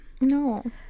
No